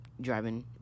driving